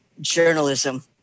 journalism